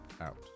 out